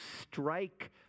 strike